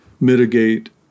mitigate